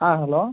ஆ hello